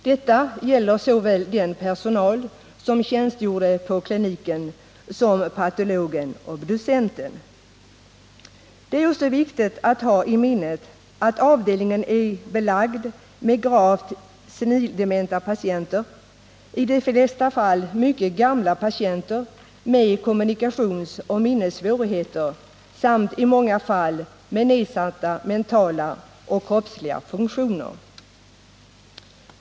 Detta gäller såväl den personal som tjänstgjorde på kliniken som patologen-obducenten. Det är också viktigt att ha i minnet att avdelningen är belagd med gravt senildementa patienter, i de flesta fall mycket gamla patienter med kommunikationsoch minnessvårigheter samt i många fall med nedsatta mentala och kroppsliga funktioner.